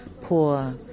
poor